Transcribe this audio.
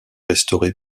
restauré